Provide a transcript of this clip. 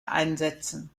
einsetzen